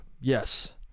yes